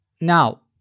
now